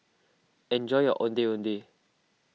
enjoy your Ondeh Ondeh